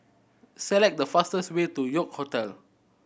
select the fastest way to York Hotel